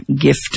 gift